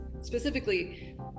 specifically